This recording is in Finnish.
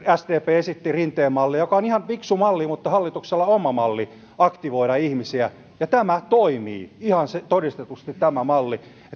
sdp esitti rinteen mallia joka on ihan fiksu malli että hallituksella on oma malli aktivoida ihmisiä ja tämä malli toimii ihan todistetusti